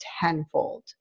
tenfold